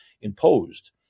imposed